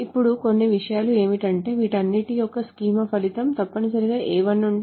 ఇప్పుడు కొన్ని విషయాలు ఏమిటంటే వీటన్నింటి యొక్క స్కీమా ఫలితం తప్పనిసరిగా A1